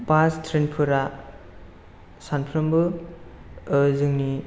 बास train फोरा सानफ्रोमबो जोंनि